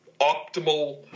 optimal